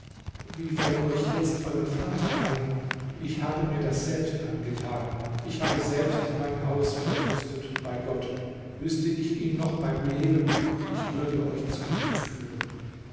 wie fällt euch jetzt euer vater ein ich habe mir das selbst angetan ich habe selbst mein haus verwüstet bei gott wüßte ich ihn noch beim leben ich würde euch zu ihm führen